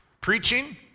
preaching